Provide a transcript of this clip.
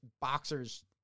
boxers